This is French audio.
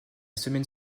semaine